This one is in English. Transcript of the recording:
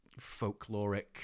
folkloric